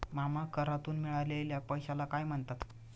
मामा करातून मिळालेल्या पैशाला काय म्हणतात?